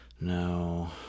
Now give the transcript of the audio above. No